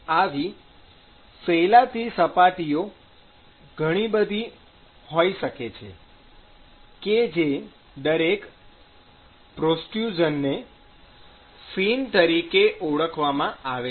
આવી ફેલાતી સપાટીઓ ઘણી બધી હોઈ શકે છે કે જે દરેક પ્રોટ્રુઝનને ફિન તરીકે ઓળખવામાં આવે છે